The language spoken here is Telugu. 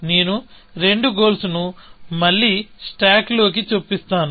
నేను రెండు గోల్స్ ను మళ్లీ స్టాక్ లోకి చొప్పిస్తాను